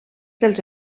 dels